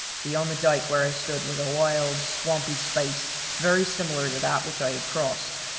beyond the dyke where i stood was a wild, swampy space very similar to that which i had crossed.